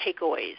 takeaways